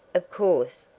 of course,